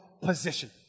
position